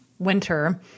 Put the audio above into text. winter